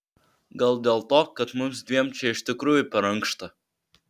gal dėl to kad mums dviem čia iš tikrųjų per ankšta